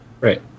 right